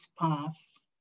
paths